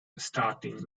starting